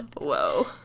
Whoa